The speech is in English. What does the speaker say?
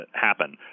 happen